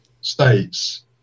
states